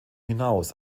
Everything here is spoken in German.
hinaus